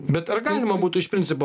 bet ar galima būtų iš principo